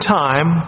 time